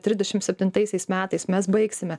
trisdešim septintaisiais metais mes baigsime